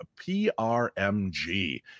PRMG